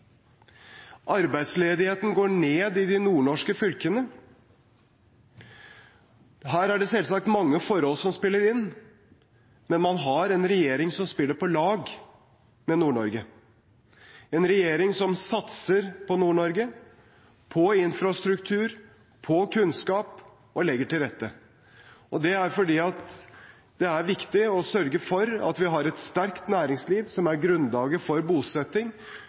Arbeidsledigheten går ned i de nordnorske fylkene. Her er det selvsagt mange forhold som spiller inn, men man har en regjering som spiller på lag med Nord-Norge, en regjering som satser på Nord-Norge, på infrastruktur, på kunnskap og legger til rette. Det er fordi det er viktig å sørge for at vi har et sterkt næringsliv som er grunnlaget for bosetting,